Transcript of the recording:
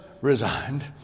resigned